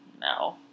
no